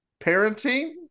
Parenting